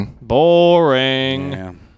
Boring